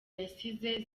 yasize